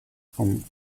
vom